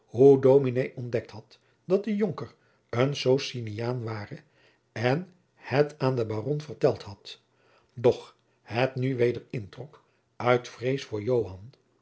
dominé ontdekt had dat de jonker een sociniaan ware en het aan den baron verteld had doch het nu weder introk uit vrees voor